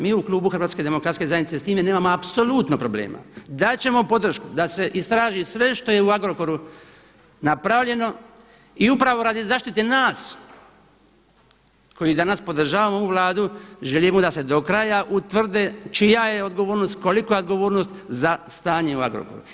Mi u klubu HDZ-a s time nemamo apsolutno problema dati ćemo podršku da se istraži sve što je u Agrokoru napravljeno i upravo radi zaštite nas koji danas podržavamo ovu Vladu želimo da se do kraja utvrde čija je odgovornost, kolika je odgovornost za stanje u Agrokoru.